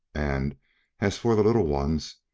and as for the little ones,